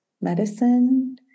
medicine